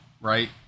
right